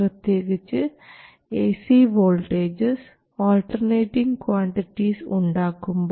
പ്രത്യേകിച്ച് A C voltages alternating quantities ഉണ്ടാകുമ്പോൾ